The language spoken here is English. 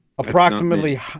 Approximately